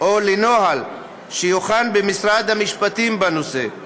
או לנוהל שיוכן במשרד המשפטים בנושא.